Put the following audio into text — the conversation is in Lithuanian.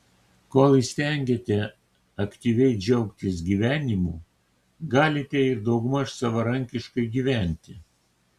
kol įstengiate aktyviai džiaugtis gyvenimu galite ir daugmaž savarankiškai gyventi